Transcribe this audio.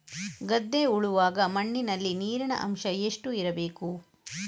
ಗದ್ದೆ ಉಳುವಾಗ ಮಣ್ಣಿನಲ್ಲಿ ನೀರಿನ ಅಂಶ ಎಷ್ಟು ಇರಬೇಕು?